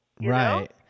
Right